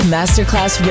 Masterclass